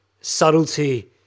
Subtlety